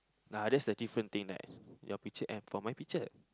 lah that's a different thing like your picture and for my picture